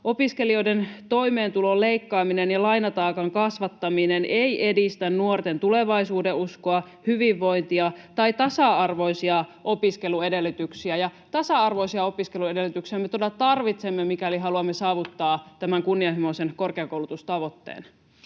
Opiskelijoiden toimeentulon leikkaaminen ja lainataakan kasvattaminen ei edistä nuorten tulevaisuudenuskoa, hyvinvointia tai tasa-arvoisia opiskeluedellytyksiä. Ja tasa-arvoisia opiskeluedellytyksiä me todella tarvitsemme, mikäli haluamme saavuttaa tämän kunnianhimoisen korkeakoulutustavoitteen.